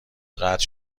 قطع